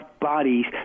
bodies